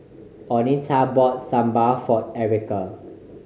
Oneta bought Sambar for Erika